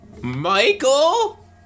Michael